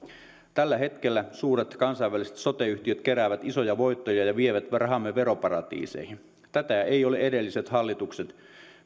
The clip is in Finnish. tällä hetkellä suuret kansainväliset sote yhtiöt keräävät isoja voittoja ja vievät rahamme veroparatiiseihin tätä eivät ole edelliset hallitukset